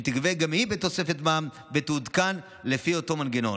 שתיגבה גם היא בתוספת מע"מ ותעודכן לפי אותו מנגנון.